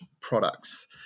products